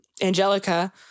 angelica